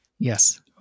Yes